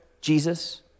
Jesus